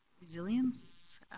resilience